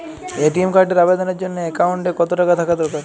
ATM কার্ডের আবেদনের জন্য অ্যাকাউন্টে কতো টাকা থাকা দরকার?